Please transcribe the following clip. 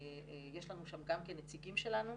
יש לנו שם גם כן נציגים שלנו,